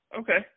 Okay